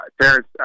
Terrence